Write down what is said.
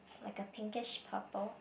like a pinkish purple